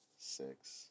six